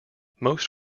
most